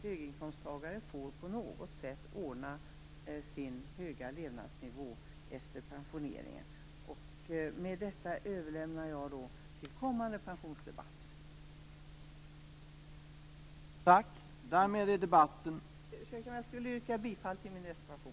Höginkomsttagare får på något sätt själva ordna sin höga levnadsnivå efter pensioneringen. Med detta överlämnar jag till kommande pensionsdebatter. Jag vill yrka bifall till min reservation.